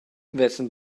wessen